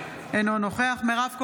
אינו נוכח מירב כהן,